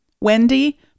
Wendy